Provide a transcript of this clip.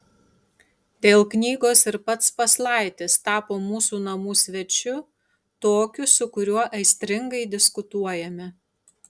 dėl knygos ir pats paslaitis tapo mūsų namų svečiu tokiu su kuriuo aistringai diskutuojame